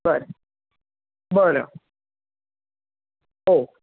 बर बरं हो